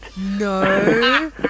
No